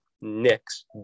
Knicks